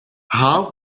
how